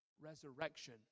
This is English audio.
resurrection